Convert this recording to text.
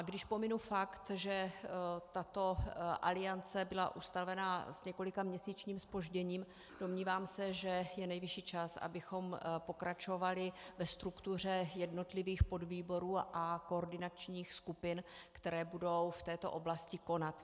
A když pominu fakt, že tato aliance byla ustavena s několikaměsíčním zpožděním, domnívám se, že je nejvyšší čas, abychom pokračovali ve struktuře jednotlivých podvýborů a koordinačních skupin, které budou v této oblasti konat.